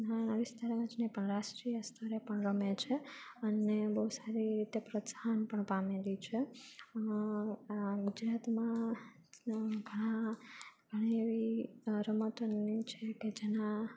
નાના નાના વિસ્તારોમાં જ નહીં પણ રાષ્ટ્રીય સ્તરે પણ રમે છે અને બહુ સારી રીતે પ્રોત્સાહન પણ પામેલી છે આ ગુજરાતમાં ઘણા ઘણી એવી રમતોને છે કે જેના